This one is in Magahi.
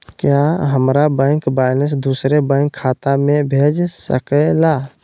क्या हमारा बैंक बैलेंस दूसरे बैंक खाता में भेज सके ला?